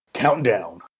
Countdown